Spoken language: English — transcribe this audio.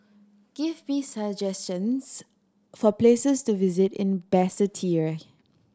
give me suggestions for places to visit in Basseterre